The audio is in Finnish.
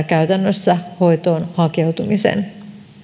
käytännössä hoitoon hakeutumisen